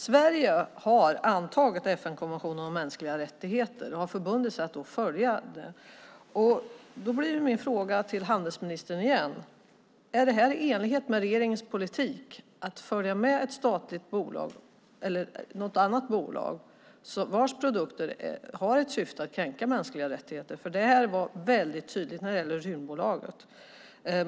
Sverige har antagit FN-konventionen om mänskliga rättigheter och har därmed förbundit sig att följa den. Då blir min fråga till handelsministern igen: Är det i enlighet med regeringens politik att följa med ett statligt bolag eller något annat bolag vars produkter har ett syfte att kränka mänskliga rättigheter? Det var nämligen väldigt tydligt när det gällde Rymdbolaget.